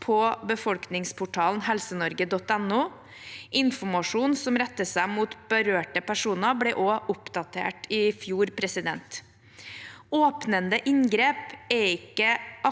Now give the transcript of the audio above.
på befolkningsportalen helsenorge.no. Informasjon som retter seg mot berørte personer, ble oppdatert i fjor. Åpnende inngrep er ikke aktuelt